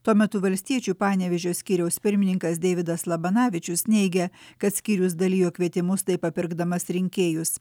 tuo metu valstiečių panevėžio skyriaus pirmininkas deividas labanavičius neigia kad skyrius dalijo kvietimus taip papirkdamas rinkėjus